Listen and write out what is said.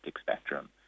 spectrum